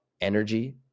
energy